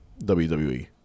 WWE